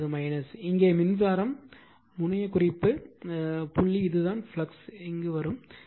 இங்கே அது இங்கே மின்சாரம் முனைய குறிப்பு புள்ளி இதுதான் ஃப்ளக்ஸ் இது வரும்